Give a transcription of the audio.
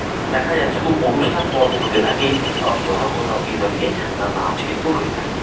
দেখা যায় শুধু অনুষ্ঠান পর্ব হতে থাকে আবার কোথাও কোথাও কী থাকে না নাচ কিন্তু হয়ে থাকে